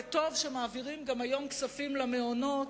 וטוב שמעבירים גם היום כספים למעונות,